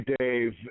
Dave